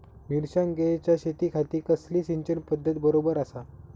मिर्षागेंच्या शेतीखाती कसली सिंचन पध्दत बरोबर आसा?